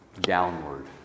Downward